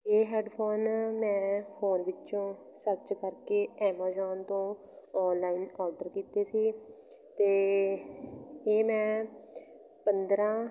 ਇਹ ਹੈਡਫੋਨ ਮੈਂ ਫੋਨ ਵਿੱਚੋਂ ਸਰਚ ਕਰਕੇ ਐਮਾਜੋਨ ਤੋਂ ਔਨਲਾਈਨ ਔਡਰ ਕੀਤੇ ਸੀ ਅਤੇ ਇਹ ਮੈਂ ਪੰਦਰਾਂ